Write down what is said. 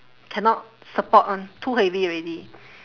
cannot support [one] too heavy already